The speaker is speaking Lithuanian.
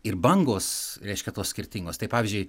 ir bangos reiškia tos skirtingos tai pavyzdžiui